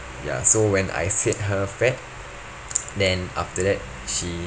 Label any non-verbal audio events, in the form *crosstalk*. ya so when I said her fat *noise* then after that she